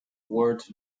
word